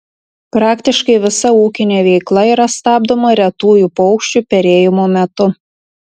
praktiškai visa ūkinė veikla yra stabdoma retųjų paukščių perėjimo metu